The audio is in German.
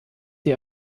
sie